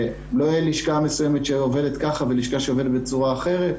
שלא תהיה לשכה מסוימת שעובדת ככה ולשכה אחרת שעובדת בצורה אחרת.